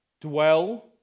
dwell